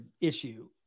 issue